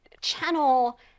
channel